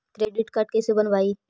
Credit card कैसे बनवाई?